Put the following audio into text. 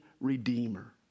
redeemer